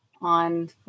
on